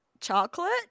chocolate